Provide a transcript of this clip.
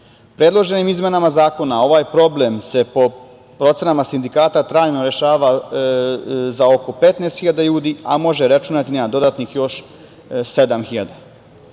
godine. Predloženim izmenama zakona, ovaj problem se po procenama sindikata trajno rešava za oko 15.000 ljudi, a možemo računati i na dodatnih još 7.000.